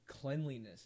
cleanliness